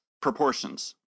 proportions